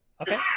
Okay